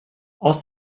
aus